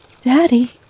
Daddy